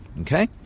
Okay